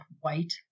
white